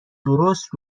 درست